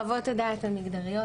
חוות הדעת המגדריות,